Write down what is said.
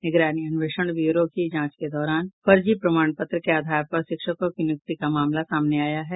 निगरानी अन्वेषण ब्यूरो की जांच के दौरान फर्जी प्रमाण पत्र के आधार पर शिक्षकों की नियुक्ति का मामला सामने आया था